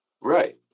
right